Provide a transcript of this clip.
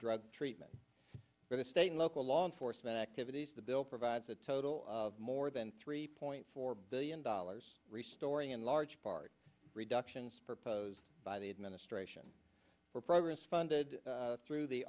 drug treatment for the state and local law enforcement activities the bill provides a total of more than three point four billion dollars restoring in large part reductions proposed by the administration for programs funded through the